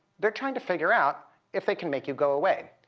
they're trying to figure out if they can make you go away.